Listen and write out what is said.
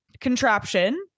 contraption